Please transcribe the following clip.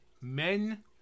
Men